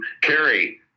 carry